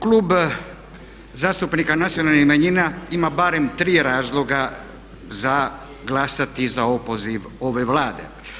Klub zastupnika Nacionalnih manjina ima barem 3 razloga za glasati za opoziv ove Vlade.